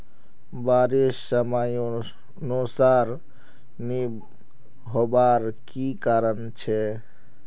बारिश समयानुसार नी होबार की कारण छे?